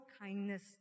kindness